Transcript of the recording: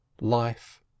life